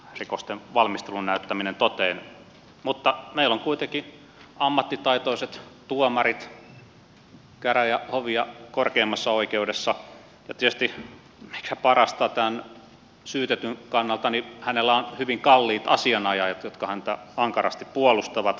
rikosten valmistelun näyttäminen toteen mutta meillä on kuitenkin ammattitaitoiset tuomarit käräjä hovi ja korkeimmassa oikeudessa ja tietysti mikä parasta tämän syytetyn kannalta hänellä on hyvin kalliit asianajajat jotka häntä ankarasti puolustavat